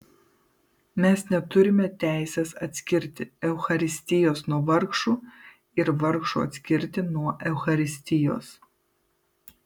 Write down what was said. mes neturime teisės atskirti eucharistijos nuo vargšų ir vargšų atskirti nuo eucharistijos